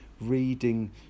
reading